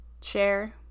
Share